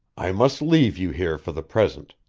i must leave you here for the present.